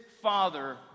father